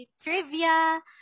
trivia